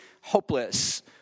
hopeless